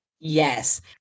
Yes